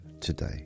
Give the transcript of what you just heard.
today